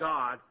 God